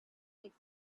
make